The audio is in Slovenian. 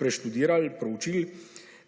preštudirali, proučili